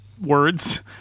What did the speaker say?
words